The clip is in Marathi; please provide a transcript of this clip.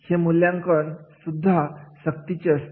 ये हे मूल्यांकन सुद्धा सक्तीचे असते